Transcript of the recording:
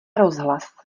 rozhlas